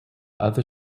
other